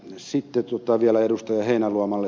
sitten vielä ed